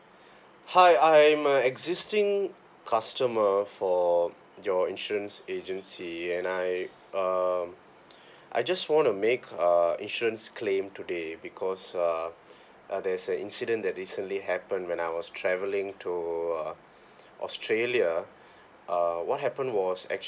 hi I'm a existing customer for your insurance agency and I um I just want to make uh insurance claim today because uh there's a incident that recently happened when I was travelling to uh australia uh what happened was ac~